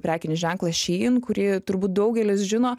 prekinį ženklą shein kurį turbūt daugelis žino